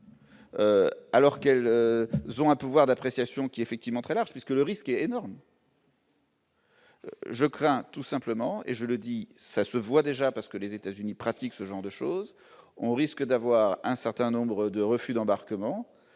Alors qu'elles ont un pouvoir d'appréciation qui effectivement très large puisque le risque est énorme. Je crains tout simplement et je le dis, ça se voit déjà parce que les États-Unis pratiquent ce genre de choses, on risque d'avoir un certain nombre de refus d'embarquement